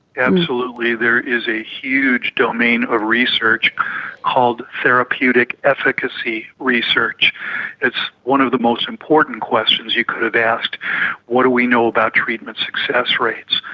absolutely, there is a huge domain of research called therapeutic efficacy research. it's one of the most important questions you could have asked what do we know about treatment success rates?